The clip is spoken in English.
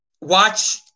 watch